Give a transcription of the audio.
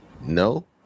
No